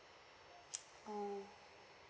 oh